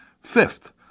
Fifth